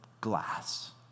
glass